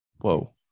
Whoa